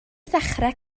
ddechrau